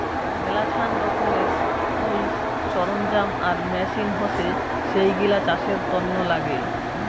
মেলাছান রকমের টুলস, সরঞ্জাম আর মেচিন হসে যেইগিলা চাষের তন্ন নাগে